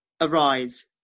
arise